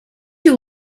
you